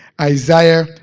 Isaiah